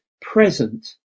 present